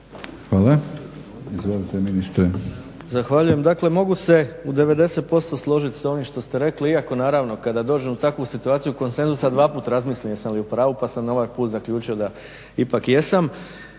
Hvala. Izvolite ministre.